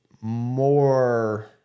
more